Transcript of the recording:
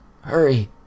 Hurry